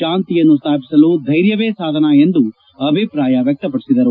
ಶಾಂತಿಯನ್ನು ಸ್ಥಾಪಿಸಲು ಧ್ಯೆರ್ಯವೇ ಸಾಧನ ಎಂದು ಅಭಿಪ್ರಾಯ ವ್ಯಕ್ತಪಡಿಸಿದರು